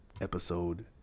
episode